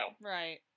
right